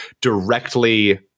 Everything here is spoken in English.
directly